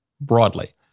broadly